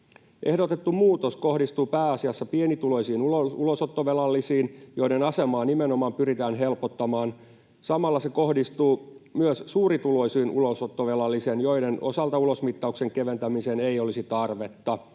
Ehdotettu muutos kohdistuu pääasiassa pienituloisiin ulosottovelallisiin, joiden asemaa nimenomaan pyritään helpottamaan. Samalla se kohdistuu myös suurituloisiin ulosottovelallisiin, joiden osalta ulosmittauksen keventämiseen ei olisi tarvetta.